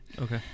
Okay